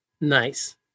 Nice